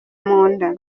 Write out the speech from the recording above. munda